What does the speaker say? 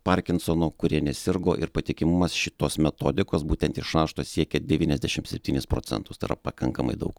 parkinsonu kurie nesirgo ir patikimumas šitos metodikos būtent iš rašto siekia devyniasdešimt septynis procentus tai yra pakankamai daug